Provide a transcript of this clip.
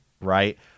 right